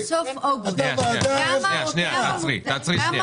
סליחה, עד סוף אוגוסט --- סליחה, תעצרי שנייה,